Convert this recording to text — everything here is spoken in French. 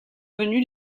venus